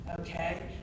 Okay